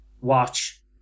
watch